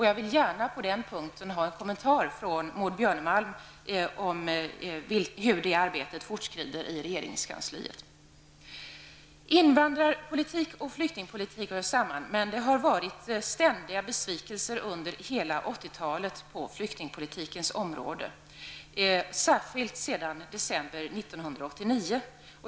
Jag vill på den punkten gärna ha en kommentar från Maud Björnemalm om hur det arbetet fortskrider i regeringskansliet. Invandrarpolitik och flyktingpolitik hör samman, men det har varit ständiga besvikelser under hela 80-talet på flyktingpolitikens område, särskilt sedan december 1989.